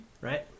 right